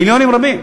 מיליונים רבים.